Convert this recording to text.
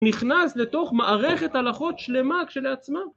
נכנס לתוך מערכת הלכות שלמה כשלעצמה